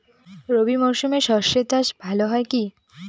রবি মরশুমে সর্ষে চাস ভালো হয় কি?